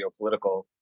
geopolitical